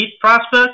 prospect